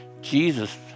Jesus